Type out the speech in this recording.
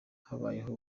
habayeho